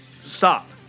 stop